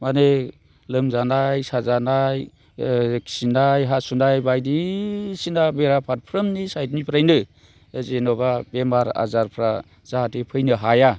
मानि लोमजानाय साजानाय खिनाय हासुनाय बायदिसिना बेरा फारफ्रोमनि साइडनिफ्रानो जेन'बा बेमार आजारफ्रा जाहाथे फैनो हाया